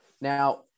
Now